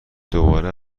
دوباره